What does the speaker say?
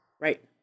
Right